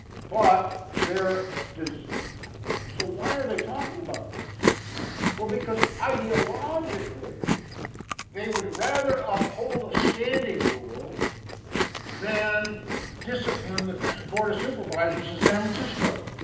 but there. so why are they talking about this well because ideologically they would rather uphold a standing rule than discipline the board of supervisors of san francisco